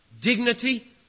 dignity